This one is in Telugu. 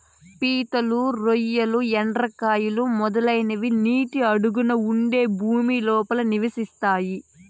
పీతలు, రొయ్యలు, ఎండ్రకాయలు, మొదలైనవి నీటి అడుగున ఉండే భూమి లోపల నివసిస్తాయి